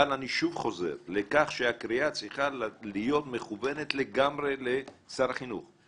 אבל אני שוב חוזר לכך שהקריאה צריכה להיות מכוונת לגמרי לשר החינוך.